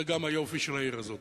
זה גם היופי של העיר הזאת.